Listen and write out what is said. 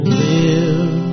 live